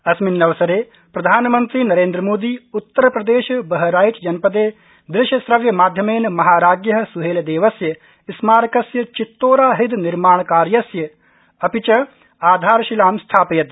अस्मिन्नवसरे प्रधानमन्त्री नरेन्द्रमोदी उत्तर प्रदेश बहराइचजनपदे ृश्य श्रव्यमाध्यमेन महाराज़ सुहेलदेवस्य स्मारकस्य चित्तोरा हृद निर्माणकार्यस्य च आधारशिलाम् संस्थापयत्